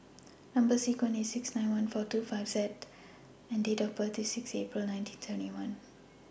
Number sequence IS S six nine one four two five seven Z and Date of birth IS six April nineteen seventy one